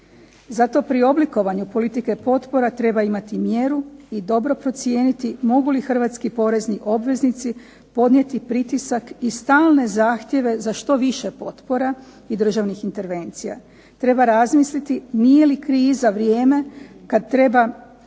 Zato pri oblikovanju politike potpora treba imati mjeru i dobro procijeniti mogu li hrvatski porezni obveznici podnijeti pritisak i stalne zahtjeve za što više potpora i državnih intervencija. Treba razmisliti nije li kriza vrijeme kad treba